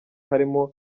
harimo